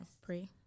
Pray